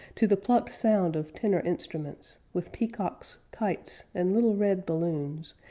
to the plucked sound of tenor instruments, with peacocks, kites, and little red balloons,